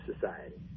society